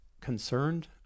concerned